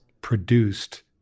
produced